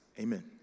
Amen